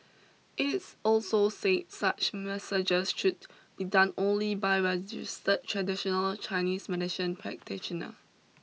it's also say such massages should be done only by registered such traditional Chinese medicine practitioner